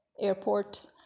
airport